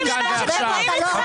אתם לא מקשיבים למה שמדברים איתכם?